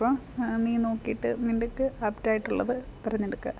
അപ്പം നീ നോക്കിയിട്ട് നിനക്ക് ആപ്റ്റ് ആയിട്ടുള്ളത് തെരഞ്ഞെടുക്കാം